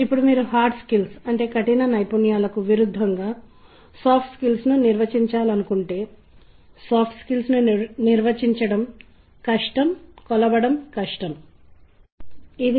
కాబట్టి సాంకేతికత తర్వాత మనం సాధారణంగా ధ్వనిని ఎలా చూస్తాము సాధారణంగా ధ్వనిని ఎలా అన్వేషిస్తామో అర్థం చేసుకోవాలి